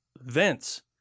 vents